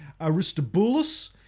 Aristobulus